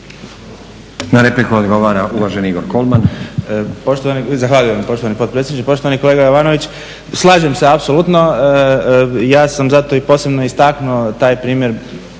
Na repliku odgovara uvaženi Igor Kolman. **Kolman, Igor (HNS)** Zahvaljujem poštovani potpredsjedniče. Poštovani kolega Jovanović, slažem se apsolutno i ja sam zato i posebno istaknuo taj primjer,